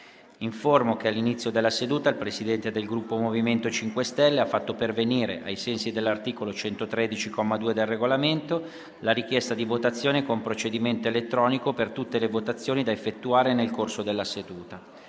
che all'inizio della seduta il Presidente del Gruppo MoVimento 5 Stelle ha fatto pervenire, ai sensi dell'articolo 113, comma 2, del Regolamento, la richiesta di votazione con procedimento elettronico per tutte le votazioni da effettuare nel corso della seduta.